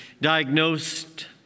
diagnosed